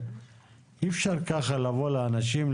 אי אפשר ככה לבוא לאנשים,